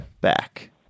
back